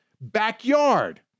backyard